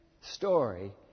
story